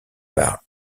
par